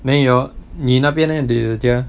then you all 你那边 leh 你的家